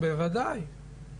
בוודאי.